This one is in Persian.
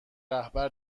رهبر